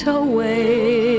away